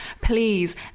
please